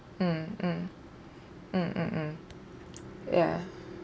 mm mm mm mm mm ya